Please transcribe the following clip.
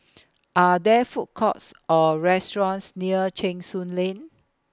Are There Food Courts Or restaurants near Cheng Soon Lane